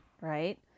right